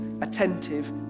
attentive